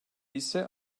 ise